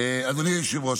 אדוני היושב-ראש,